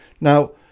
Now